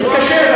תתקשר.